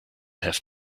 have